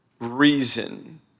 reason